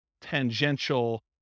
tangential